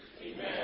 Amen